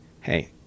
hey